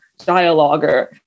dialoguer